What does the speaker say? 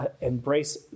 embrace